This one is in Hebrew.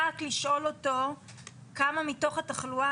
רק לשאול אותו כמה מתוך התחלואה,